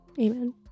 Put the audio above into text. amen